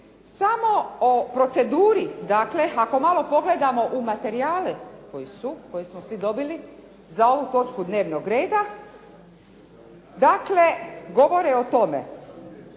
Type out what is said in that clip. Samo o proceduri dakle, ako malo pogledamo u materijale koji su, koje smo svi dobili za ovu točku dnevnog reda dakle, govore o tome